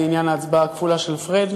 זה עניין ההצבעה הכפולה של פריג'.